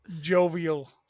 jovial